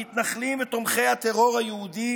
המתנחלים ותומכי הטרור היהודי